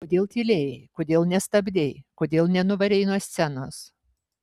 kodėl tylėjai kodėl nestabdei kodėl nenuvarei nuo scenos